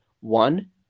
one